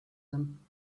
them